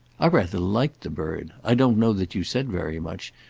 i rather liked the bird. i don't know that you said very much,